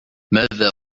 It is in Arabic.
ماذا